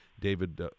David